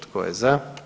Tko je za?